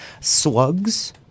Slugs –